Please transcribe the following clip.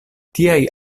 tiaj